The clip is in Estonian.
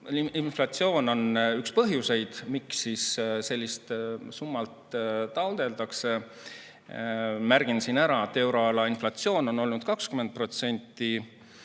inflatsioon on üks põhjuseid, miks sellist summat taotletakse. Märgin siin ära, et euroala inflatsioon on olnud 20%,